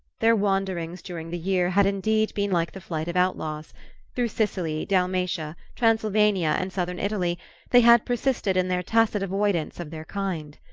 their wanderings during the year had indeed been like the flight of outlaws through sicily, dalmatia, transylvania and southern italy they had persisted in their tacit avoidance of their kind.